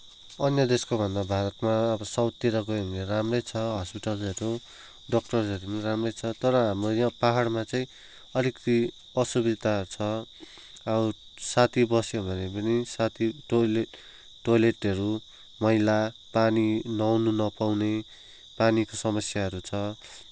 अन्य देशको भन्दा भारतमा अब साउथतिर गयौँ भने राम्रै छ हस्पिटलहरू डक्टरहरू पनि राम्रै छ तर हाम्रो यहाँ पाहाडमा चाहिँ अलिकति असुविधा छ अब साथी बस्यो भने पनि साथी टोयलेट टोयलेटहरू मैला पानी नुहाउन नपाउने पानीको समस्याहरू छ